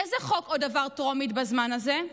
איזה עוד חוק עבר טרומית בזמן הזה?